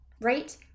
Right